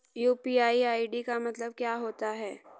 UPI ID का मतलब क्या होता है?